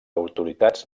autoritats